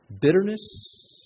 Bitterness